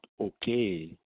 okay